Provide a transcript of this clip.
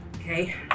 Okay